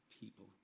people